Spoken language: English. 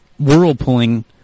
whirlpooling